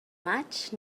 maig